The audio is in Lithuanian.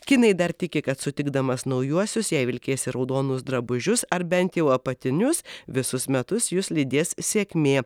kinai dar tiki kad sutikdamas naujuosius jei vilkėsi raudonus drabužius ar bent jau apatinius visus metus jus lydės sėkmė